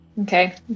okay